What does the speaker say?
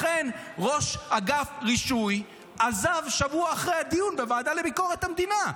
לכן ראש אגף רישוי עזב שבוע אחרי הדיון בוועדה לביקורת המדינה.